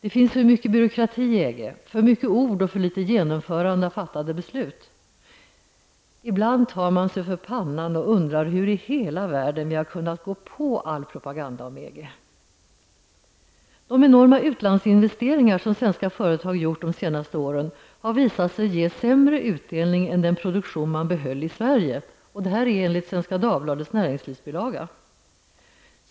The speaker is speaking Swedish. Det finns för mycket byråkrati i EG, för mycket ord och för litet genomförande av fattade beslut. Ibland tar man sig för pannan och undrar hur i hela världen vi har kunnat gå på all propaganda om EG! De enorma utlandsinvesteringar som svenska företag gjort de senaste åren har visat sig ge sämre utdelning än den produktion man behöll i Sverige enligt Svenska Dagbladets näringslivsbilaga.